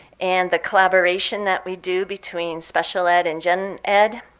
and the collaboration that we do between special ed and gen ed.